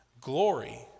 Glory